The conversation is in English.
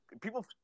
people